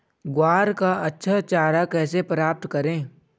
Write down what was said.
ग्वार का अच्छा चारा कैसे प्राप्त करें?